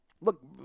Look